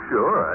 Sure